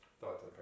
Thoughts